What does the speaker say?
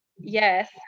yes